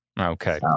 Okay